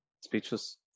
speechless